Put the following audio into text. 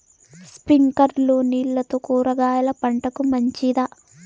స్ప్రింక్లర్లు నీళ్లతో కూరగాయల పంటకు మంచిదా?